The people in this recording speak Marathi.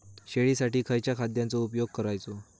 शेळीसाठी खयच्या खाद्यांचो उपयोग करायचो?